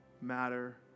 matter